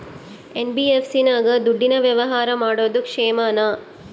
NBFC ನಾಗ ದುಡ್ಡಿನ ವ್ಯವಹಾರ ಮಾಡೋದು ಕ್ಷೇಮಾನ?